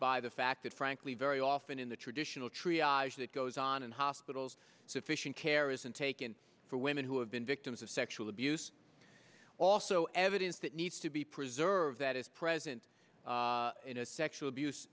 by the fact that frankly very often in the traditional treat that goes on in hospitals sufficient care isn't taken for women who have been dick of sexual abuse also evidence that needs to be preserved that is present in a sexual abuse